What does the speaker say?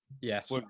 Yes